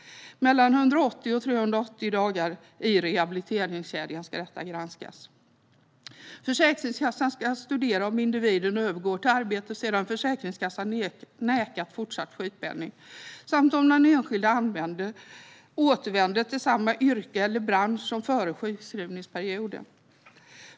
Mellan 180 och 380 dagar i rehabiliteringskedjan ska detta granskas. Försäkringskassan ska studera om individen övergår till arbete sedan Försäkringskassan nekat fortsatt sjukpenning samt om den enskilde återvänder till samma yrke eller bransch som före sjukskrivningsperioden.